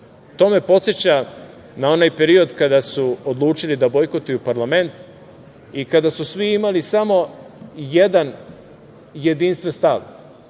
me podseća na onaj period kada su odlučili da bojkotuju parlament i kada su svi imali samo jedan jedinstven stav,